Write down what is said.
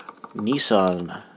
Nissan